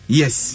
yes